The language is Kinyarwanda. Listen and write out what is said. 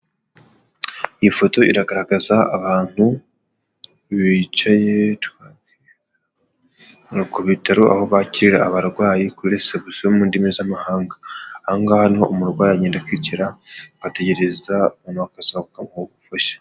Iyi foto iragaragaza abantu bicaye ku bitaro aho bakirira abarwayi kuri Reception mu ndimi z'amahanga, aha ngaha niho umurwayi agenda akicara agategereza abantu bakaza bakamuha ubufasha.